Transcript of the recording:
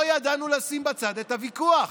לא ידענו לשים בצד את הוויכוח.